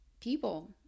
people